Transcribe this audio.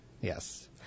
Yes